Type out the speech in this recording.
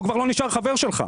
הוא כבר לא נשאר חבר שלך.